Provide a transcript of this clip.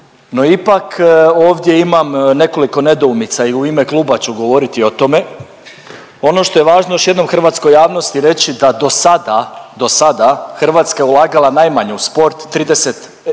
No, ipak ovdje imam nekoliko nedoumica i u ime kluba ću govoriti o tome, ono što je važno još jednom hrvatskoj javnosti reći da do sada, do sada Hrvatska je ulagala najmanje u sport 39